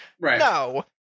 no